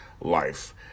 life